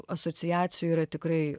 asociacijoj yra tikrai